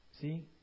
See